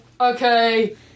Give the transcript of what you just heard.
okay